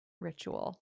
ritual